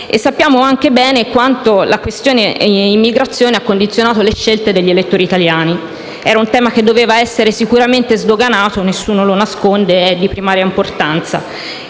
sappiamo bene anche quanto la questione immigrazione abbia condizionato le scelte degli elettori italiani; era un tema che doveva essere sicuramente sdoganato, nessuno lo nasconde, perché è di primaria importanza.